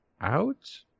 out